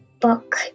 book